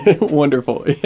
Wonderful